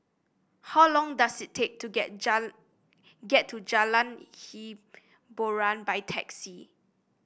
how long does it take to get get to Jalan Hiboran by taxi